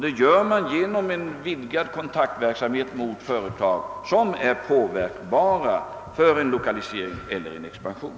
Det gör man genom en vidgad kontaktverksamhet med företag som är påverkbara för en lokalisering eller en expansion.